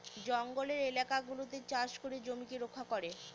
জঙ্গলের এলাকা গুলাতে চাষ করে জমিকে রক্ষা করে